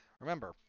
remember